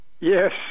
Yes